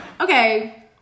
okay